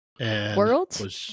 World